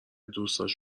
دوستاش